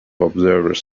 observers